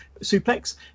suplex